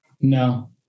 No